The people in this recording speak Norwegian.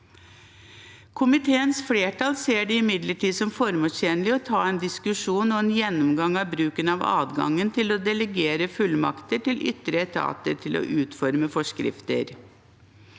Komiteens flertall ser det imidlertid som formålstjenlig å ta en diskusjon om og gjennomgang av bruken av adgangen til å delegere fullmakter til ytre etater til å utforme forskrifter.